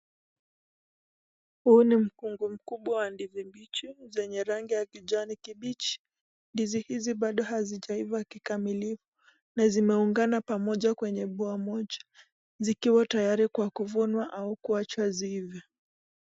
Huu ni mfungu mkubwa wa ndizi mbichi zenye rangi ya kijani kibichi. Ndizi hizi bado hazijaiva kikamilifu na zimeungana pamoja kwenye boha moja, zikiwa tayari kwa kuvunwa au kuachwa zive.